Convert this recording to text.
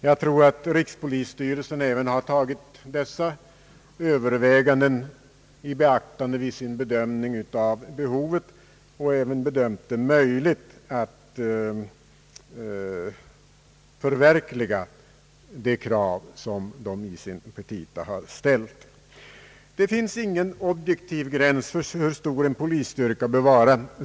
Jag tror att rikspolisstyrelsen även har tagit dessa överväganden i beaktande vid sin bedömning av personalbehovet och ansett det vara möjligt att förverkliga de krav som styrelsen har rest i sina petita. Herr Andersson säger vidare att det inte finns någon objektiv gräns för hur stor en polisstyrka skall vara.